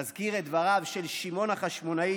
אזכיר את דבריו של שמעון החשמונאי